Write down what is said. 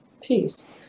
peace